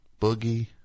boogie